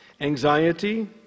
Anxiety